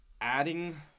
adding